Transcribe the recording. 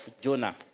Jonah